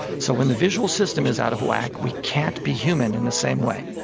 so when the visual system is out of whack, we can't be human in the same way.